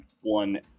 One